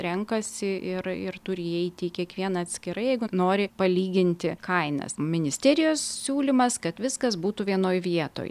renkasi ir ir turi įeiti į kiekvieną atskirai jeigu nori palyginti kainas ministerijos siūlymas kad viskas būtų vienoj vietoj